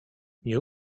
nie